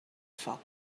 foc